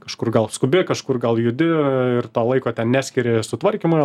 kažkur gal skubi kažkur gal judi ir to laiko ten neskiri sutvarkymui